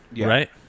right